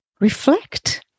reflect